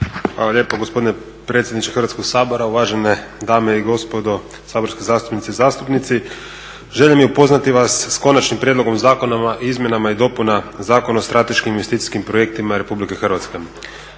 Hvala lijepo gospodine predsjedniče Hrvatskog sabora. Uvažene dame i gospodo saborske zastupnice i zastupnici. Želja mi je upoznati vas s Konačnim prijedlogom Zakona o izmjenama i dopunama Zakona o strateškim investicijskim projektima RH. Zakon